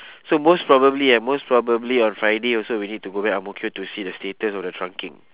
so most probably uh most probably on friday also we need to go back ang mo kio to see the status of the trunking